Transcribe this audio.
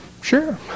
sure